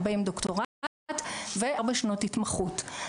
הרבה עם דוקטורט וארבע שנות התמחות,